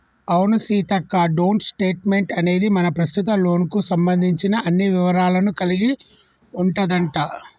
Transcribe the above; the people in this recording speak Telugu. అవును సీతక్క డోంట్ స్టేట్మెంట్ అనేది మన ప్రస్తుత లోన్ కు సంబంధించిన అన్ని వివరాలను కలిగి ఉంటదంట